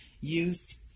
youth